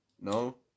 No